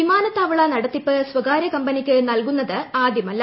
വിമാനത്താവള നടത്തിപ്പ് സ്വകാര്യ കമ്പനിക്ക് നൽകുന്നത് ആദ്യമല്ല